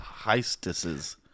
heistesses